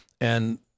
And-